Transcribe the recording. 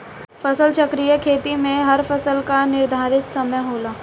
फसल चक्रीय खेती में हर फसल कअ निर्धारित समय होला